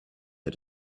her